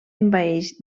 envaeix